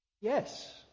yes